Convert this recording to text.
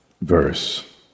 verse